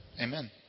Amen